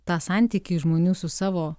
tą santykį žmonių su savo